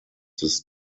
this